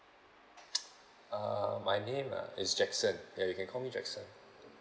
uh my name ah is jackson ya you can call me jackson